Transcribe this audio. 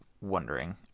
wondering